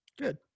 Good